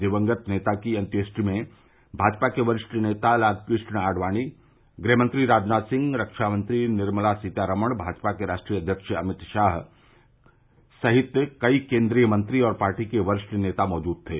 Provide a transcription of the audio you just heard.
दिवंगत नेता की अन्त्येष्टि में भाजपा के वरिष्ठ नेता लालकृष्ण आडवाणी गृहमंत्री राजनाथ सिंह रक्षा मंत्री निर्मला सीतारमण भाजपा के राष्ट्रीय अव्यक्ष अमित शाह सहित कई केन्द्रीय मंत्री और पार्टी के वरिष्ठ नेता मौजूद थे